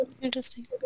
Interesting